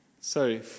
Sorry